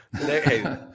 Hey